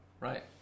Right